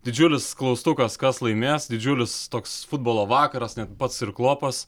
didžiulis klaustukas kas laimės didžiulis toks futbolo vakaras net pats ir klopas